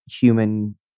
human